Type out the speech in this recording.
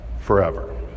forever